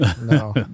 no